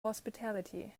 hospitality